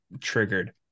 triggered